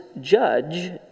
judge